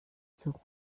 zur